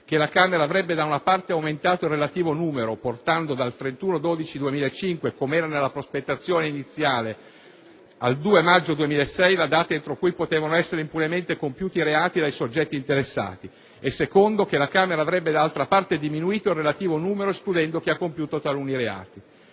che la Camera avrebbe da una parte aumentato il relativo numero, portando dal 31 dicembre 2005 (come era nella prospettazione iniziale) al 2 maggio 2006 la data entro cui potevano essere impunemente compiuti reati dai soggetti interessati. In secondo luogo, ci è stato altresì detto che la Camera avrebbe da altra parte diminuito il relativo numero, escludendo chi ha compiuto taluni reati.